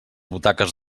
butaques